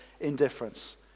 indifference